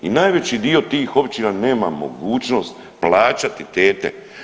I najvećim dio tih općina nema mogućnost plaćati tete.